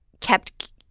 kept